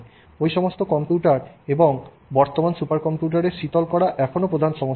ওই সমস্ত কম্পিউটার এবং বর্তমানের সুপার কম্পিউটারের শীতল করা এখনও প্রধান সমস্যা